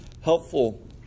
helpful